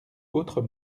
autres